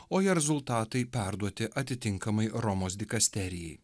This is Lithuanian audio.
o jo rezultatai perduoti atitinkamai romos dikasterijai